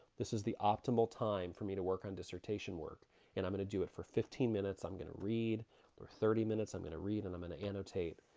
this is the optimal time for me to work in dissertation work and i'm gonna do it for fifteen minutes. i'm gonna read for thirty minutes. i'm gonna read and i'm gonna annotate.